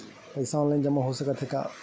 पईसा ऑनलाइन जमा हो साकत हे का?